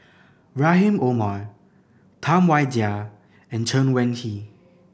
Rahim Omar Tam Wai Jia and Chen Wen Hsi